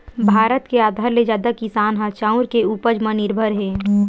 भारत के आधा ले जादा किसान ह चाँउर के उपज म निरभर हे